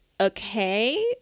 okay